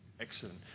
Excellent